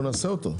אנחנו נעשה אותו.